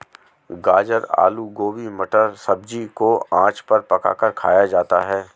गाजर आलू गोभी मटर सब्जी को आँच पर पकाकर खाया जाता है